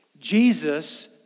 Jesus